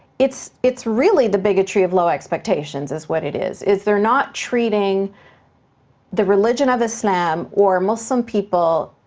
it's it's really the bigotry of low expectations, is what it is, is they're not treating the religion of islam or muslim people,